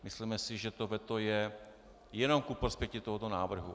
Myslíme si, že to veto je jenom ku prospěchu tohoto návrhu.